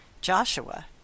Joshua